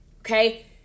Okay